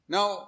Now